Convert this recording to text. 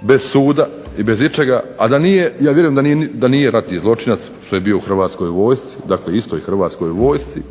bez suda i bez ičega, a ja vjerujem da nije ratni zločinac što je bio u Hrvatskoj vojsci, dakle istoj Hrvatskoj vojsci,